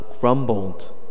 grumbled